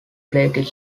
played